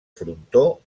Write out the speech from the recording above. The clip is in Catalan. frontó